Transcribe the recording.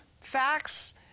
facts